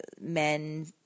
men